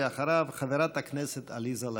אחריו, חברת הכנסת עליזה לביא.